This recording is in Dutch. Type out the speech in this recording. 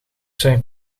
zijn